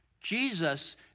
Jesus